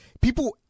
people